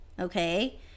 okay